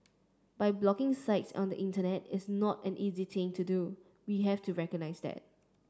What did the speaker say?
blocking sites on the Internet is not an easy thing to do we have to recognise that